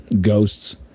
ghosts